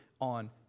on